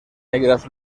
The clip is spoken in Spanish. negras